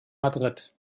madrid